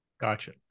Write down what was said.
Gotcha